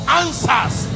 answers